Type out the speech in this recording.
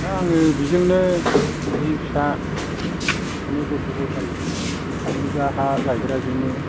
दा आङो बिजोंनो बिसि फिसा माने गथ' गथाय बे साथबिगा हा गायग्राजोंनो